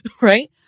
right